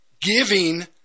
giving